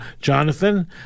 Jonathan